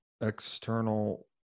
external